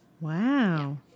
Wow